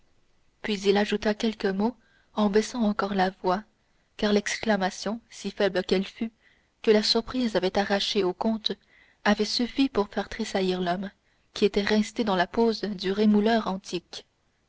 puis il ajouta quelques mots en baissant encore la voix car l'exclamation si faible qu'elle fût que la surprise avait arrachée au comte avait suffi pour faire tressaillir l'homme qui était resté dans la pose du rémouleur antique